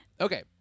Okay